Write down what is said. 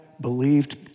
believed